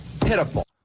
Pitiful